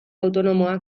autonomoak